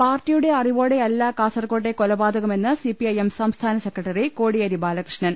പാർട്ടിയുടെ അറിവോടെയല്ല കാസർകോട്ടെ കൊലപാത കമെന്ന് സിപിഐഎം സംസ്ഥാന സെക്രട്ടറി കോടിയേരി ബാലകൃഷ്ണൻ